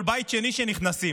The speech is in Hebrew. כל בית שני שנכנסים,